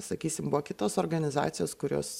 sakysim buvo kitos organizacijos kurios